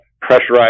pressurized